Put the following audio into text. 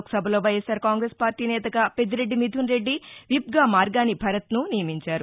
లోక్సభలో వైఎస్సార్ కాంగ్రెస్ పార్లీ నేతగా పెద్దిరెడ్డి మిధున్రెడ్డి విప్ గా మార్గాని భరత్ ను నియమించారు